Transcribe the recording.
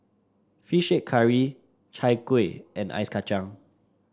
fish head curry Chai Kueh and Ice Kacang